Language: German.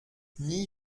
nie